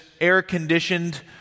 air-conditioned